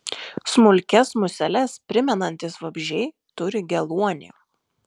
smulkias museles primenantys vabzdžiai turi geluonį